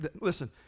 Listen